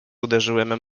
uderzyłem